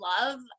love